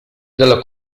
della